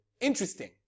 Interesting